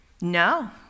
No